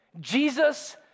Jesus